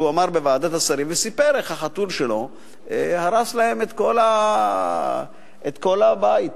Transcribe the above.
שהוא אמר בוועדת השרים וסיפר איך החתול שלו הרס להם את כל הבית.